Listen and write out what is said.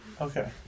Okay